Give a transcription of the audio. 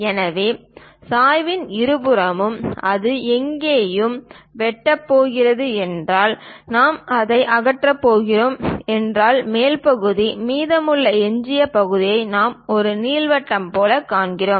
எனவே சாய்வின் இருபுறமும் அது இங்கேயும் இங்கேயும் வெட்டப் போகிறது என்றால் நாம் அதை அகற்றப் போகிறீர்கள் என்றால் மேல் பகுதி மீதமுள்ள எஞ்சிய பகுதியை நாம் ஒரு நீள்வட்டம் போலக் காண்கிறோம்